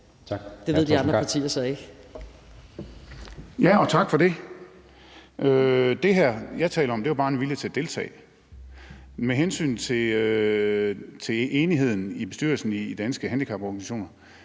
Gejl. Kl. 12:32 Torsten Gejl (ALT): Ja, og tak for det. Det her, jeg taler om, handler jo bare om en vilje til at deltage. Med hensyn til enigheden i bestyrelsen i Danske Handicaporganisationer